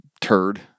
turd